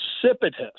precipitous